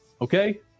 okay